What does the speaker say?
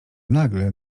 nagle